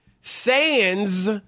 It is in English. Sands